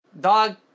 Dog